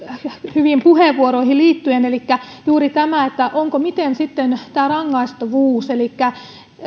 hyviin puheenvuoroihin liittyen elikkä juuri tämä että miten sitten on tämä rangaistavuus